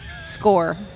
score